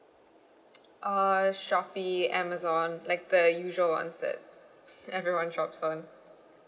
uh Shopee Amazon like the usual ones that everyone shops on